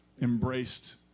embraced